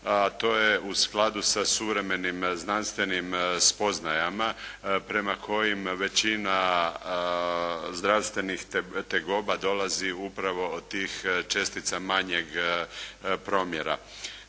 to je u skladu sa suvremenim znanstvenim spoznajama prema kojim većina zdravstvenih tegoba dolazi upravo od tih čestica manjeg promjera.